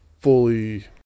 fully